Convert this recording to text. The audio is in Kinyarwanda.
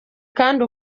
kandi